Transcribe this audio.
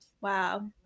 wow